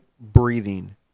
breathing